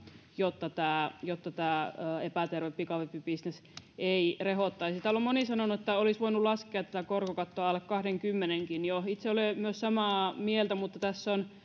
jotta tämä jotta tämä epäterve pikavippibisnes ei rehottaisi täällä on moni sanonut että olisi voinut lasketa tätä korkokattoa alle kahdenkymmenenkin jo itse olen myös samaa mieltä mutta tässä on